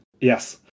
Yes